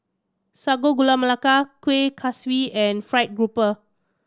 Sago Gula Melaka Kuih Kaswi and fried grouper